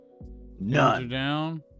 None